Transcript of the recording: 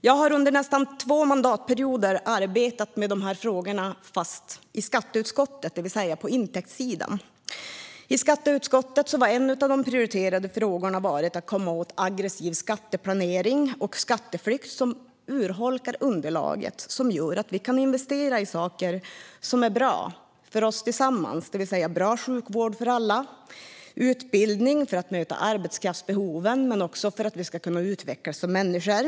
Jag har under nästan två mandatperioder arbetat med dessa frågor fast i skatteutskottet, det vill säga på intäktssidan. I skatteutskottet har en av de prioriterade frågorna varit att komma åt aggressiv skatteplanering och skatteflykt som urholkar underlaget som gör att vi kan investera i saker som är bra för oss tillsammans. Det är bra sjukvård för alla, utbildning för att möta arbetskraftsbehoven men också för att vi ska kunna utvecklas som människor.